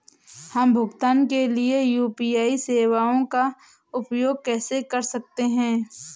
हम भुगतान के लिए यू.पी.आई सेवाओं का उपयोग कैसे कर सकते हैं?